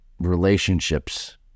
relationships